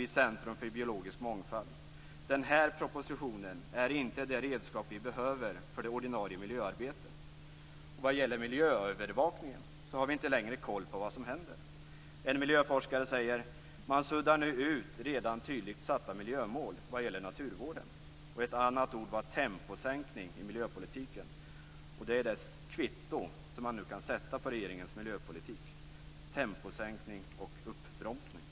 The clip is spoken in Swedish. Centrum för biologisk mångfald har uttalat: Den här propositionen är inte det redskap som vi behöver för det ordinarie miljöarbetet. När det gäller miljöövervakningen har vi inte längre kontroll över vad som händer. En miljöforskare säger: Man suddar nu ut redan tydligt satta miljömål vad gäller naturvården. Någon annan har sagt att det har skett en temposänkning i miljöpolitiken. Det är det kvitto som man nu kan sätta på regeringens miljöpolitik - temposänkning och uppbromsning.